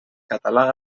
català